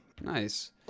nice